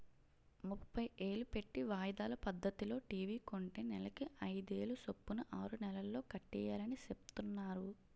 ముప్పై ఏలు పెట్టి వాయిదాల పద్దతిలో టీ.వి కొంటే నెలకి అయిదేలు సొప్పున ఆరు నెలల్లో కట్టియాలని సెప్తున్నారు